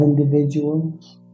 individuals